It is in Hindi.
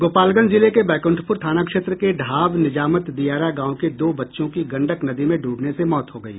गोपालगंज जिले के बैक्ण्ठप्र थाना क्षेत्र के ढाब निजामत दियारा गांव के दो बच्चों की गडंक नदी मे डूबने से मौत हो गयी